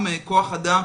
גם כוח אדם,